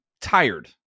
tired